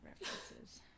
references